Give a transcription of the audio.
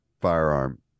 firearm